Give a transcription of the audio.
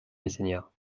messeigneurs